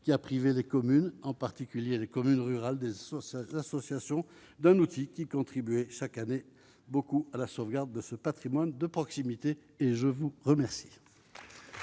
qui a privé des communes, en particulier des communes rurales des sauces, associations d'un outil qui contribuer chaque année beaucoup à la sauvegarde de ce Patrimoine de proximité et je vous remercie.